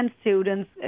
students